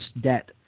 debt